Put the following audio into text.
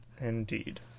Indeed